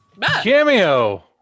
Cameo